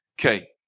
Okay